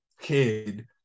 kid